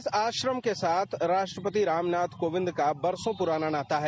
इस आश्रम के साथ राष्ट्रपति रामनाथ कोविंद का बरसों पुराना नाता है